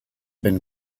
been